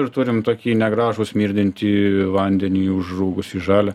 ir turim tokį negražų smirdintį vandenį užrūgusį žalią